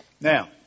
Now